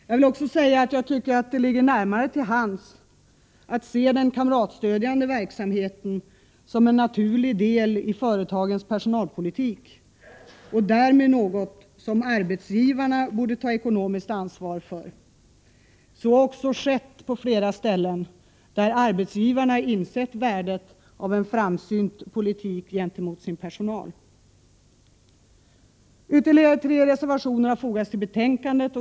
Jag vill också säga att jag tycker det ligger nära till hands att se den kamratstödjande verksamheten som en naturlig del i företagens personalpolitik och därmed något som arbetsgivarna borde ta ekonomiskt ansvar för. Så har också skett på flera ställen, där arbetsgivarna insett värdet av en framsynt politik gentemot sin personal. Ytterligare tre reservationer har fogats till betänkandet.